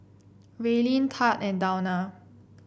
Raelynn Tad and Dawna